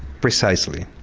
precisely.